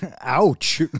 Ouch